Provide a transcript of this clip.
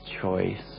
choice